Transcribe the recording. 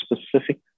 specific